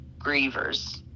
grievers